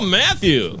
matthew